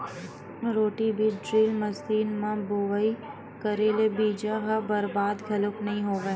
roto बीज drill machine म बोवई करे ले बीजा ह बरबाद घलोक नइ होवय